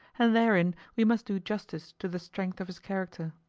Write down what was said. and therein we must do justice to the strength of his character.